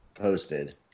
posted